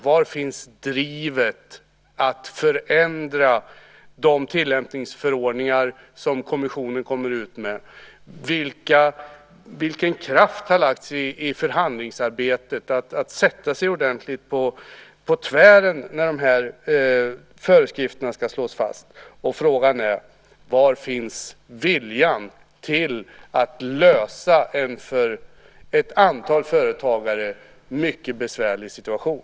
Var finns ambitionen att förändra de tillämpningsförordningar som kommissionen utfärdar? Vilken kraft har man lagt ned i förhandlingsarbetet? Har man satt sig ordentligt på tvären när dessa föreskrifter slogs fast? Och frågan är: Var finns viljan att lösa en för ett antal företagare mycket besvärlig situation?